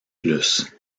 plus